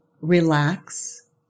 Relax